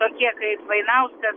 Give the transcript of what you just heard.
tokie kaip vainauskas